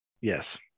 Yes